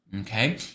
okay